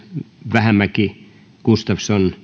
vähämäki gustafsson